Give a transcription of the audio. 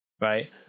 right